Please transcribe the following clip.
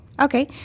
Okay